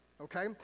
Okay